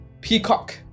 peacock